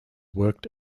worked